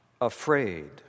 afraid